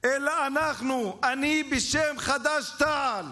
אלא אנחנו, אני בשם חד"ש-תע"ל